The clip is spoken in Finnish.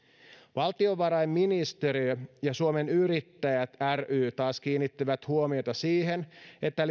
valtiovarainministeriö ja suomen yrittäjät ry taas kiinnittivät huomiota siihen että